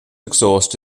exhaust